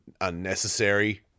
unnecessary